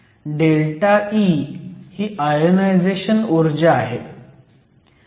ΔE ही आयोनायझेशन ऊर्जा आहे